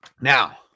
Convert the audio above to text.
Now